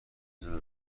زده